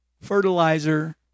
fertilizer